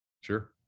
Sure